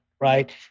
right